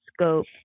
scope